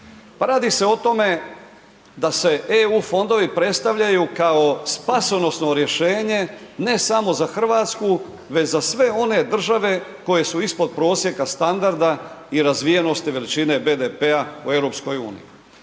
radi se o tome da se EU fondovi predstavljaju kao spasonosno rješenje ne samo za RH, već za sve one države koje su ispod prosjeka standarda i razvijenosti veličine BDP-a u EU.